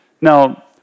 Now